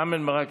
רם בן ברק,